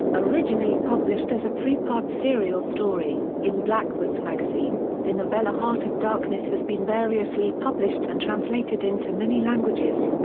originally published as a three-part serial story, in blackwood's magazine the novella heart of darkness has been variously published and translated into many languages.